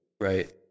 Right